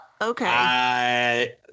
Okay